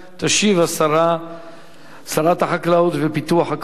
תשיב שרת החקלאות ופיתוח הכפר,